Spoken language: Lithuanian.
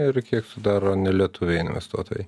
ir kiek sudaro nelietuviai investuotojai